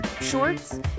shorts